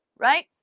Right